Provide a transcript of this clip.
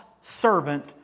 servant